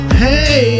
hey